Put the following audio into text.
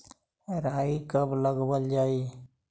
राई कब लगावल जाई?